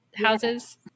houses